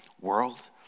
world